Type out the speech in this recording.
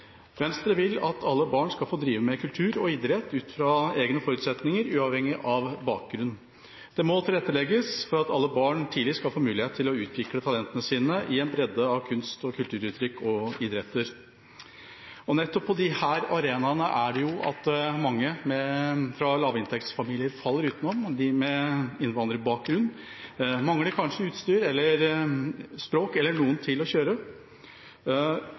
Venstre vil at alle barn skal få drive med kultur og idrett ut fra egne forutsetninger, uavhengig av bakgrunn. Det må tilrettelegges for at alle barn tidlig skal få mulighet til å utvikle talentene sine i en bredde av kunst- og kulturuttrykk og idretter. Nettopp på disse arenaene er det at mange fra lavinntektsfamilier faller utenfor, og de med innvandrerbakgrunn mangler kanskje utstyr eller språk eller noen til å kjøre.